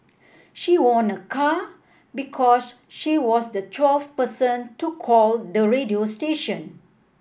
she won a car because she was the twelfth person to call the radio station